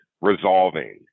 resolving